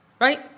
right